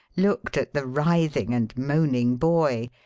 looked at the writhing and moaning boy,